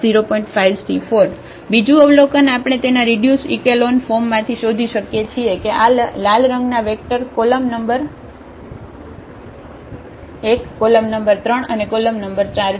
5C4 બીજું અવલોકન આપણે તેના રીડ્યુસ ઇકેલોન ફોર્મમાંથી શોધી શકીએ છીએ કે આ લાલ રંગના vector column number 1 column number 3 અને કોલમ નંબર 4 છે